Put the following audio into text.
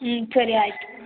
ಹ್ಞೂ ಸರಿ ಆಯಿತು